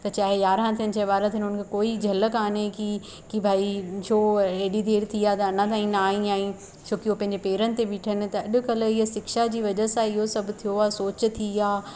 त चाहे यारहं थियनि या ॿारहं थियनि हुनखे कोई झल कोन्ह की की भाई छो एॾी देरि थी आहे अञा ताईं न आई आईं छोकी हुओ पंहिंजे पेरनि ते बीठन त अॼकल्ह ईअ शिक्षा जी वज़ह सां इहो सभु थियो आहे सोच थी आहे